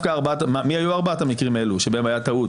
מי היו ארבעת המקרים האלו שבהם הייתה טעות?